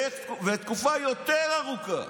ותקופה יותר ארוכה,